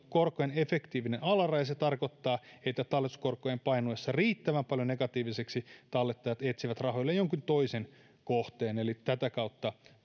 korkojen efektiivinen alaraja se tarkoittaa että talletuskorkojen painuessa riittävän paljon negatiiviseksi tallettajat etsivät rahoilleen jonkin toisen kohteen eli tätä kautta